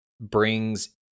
brings